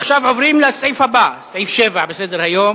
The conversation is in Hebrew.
עכשיו עוברים לסעיף הבא, סעיף 7 בסדר-היום: